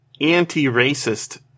anti-racist